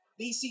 BC